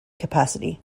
capacity